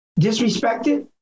disrespected